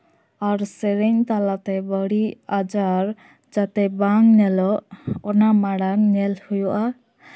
ᱟᱨ ᱥᱮᱨᱮᱧ ᱛᱟᱞᱟᱛᱮ ᱵᱟᱹᱲᱤᱡᱽ ᱟᱡᱟᱨ ᱡᱟᱛᱮ ᱵᱟᱝ ᱧᱮᱞᱚᱜ ᱚᱱᱟ ᱢᱟᱬᱟᱝ ᱧᱮᱞ ᱦᱩᱭᱩᱜᱼᱟ